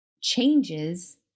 changes